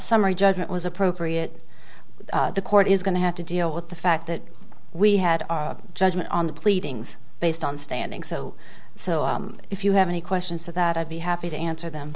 summary judgment was appropriate the court is going to have to deal with the fact that we had our judgment on the pleadings based on standing so so if you have any questions to that i'd be happy to answer them